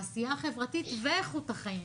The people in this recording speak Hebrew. העשייה החברתית ואיכות החיים